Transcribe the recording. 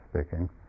speaking